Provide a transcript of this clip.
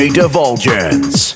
divulgence